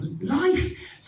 Life